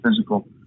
physical